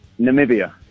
Namibia